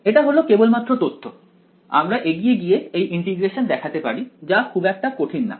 এটা হল কেবলমাত্র তথ্য আমরা এগিয়ে গিয়ে এই ইন্টিগ্রেশন দেখাতে পারি যা খুব একটা কঠিন না